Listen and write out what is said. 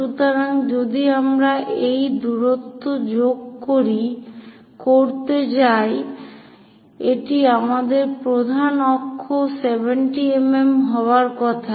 সুতরাং যদি আমরা এই দুটি দূরত্ব যোগ করতে যাই এটি আমাদের প্রধান অক্ষ 70 mm হওয়ার কথা